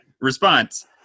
response